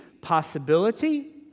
possibility